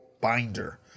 binder